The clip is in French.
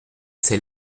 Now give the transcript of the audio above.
ses